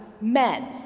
men